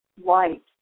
white